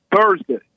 Thursday